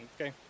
Okay